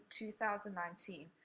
2019